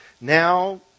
Now